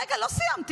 רגע, לא סיימתי.